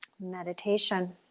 meditation